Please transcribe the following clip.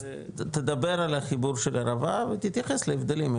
אז תדבר על החיבור של ערבה ותייחס להבדלים,